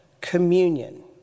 communion